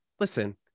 Listen